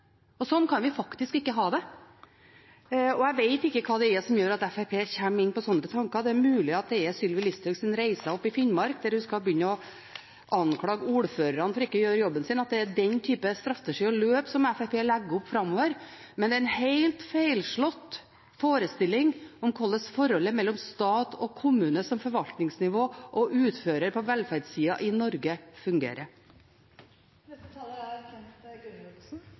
kan vi faktisk ikke ha det. Jeg vet ikke hva det er som gjør at Fremskrittspartiet kommer inn på slike tanker. Det er mulig at det er Sylvi Listhaugs reise i Finnmark, der hun begynte med å anklage ordførerne for ikke å gjøre jobben sin, som gjør at det er den typen strategi og løp Fremskrittspartiet legger opp til framover. Men det er en helt feilslått forestilling av hvordan forholdet mellom stat og kommune som forvaltningsnivå og utfører på velferdssiden i Norge, fungerer. Representanten Kent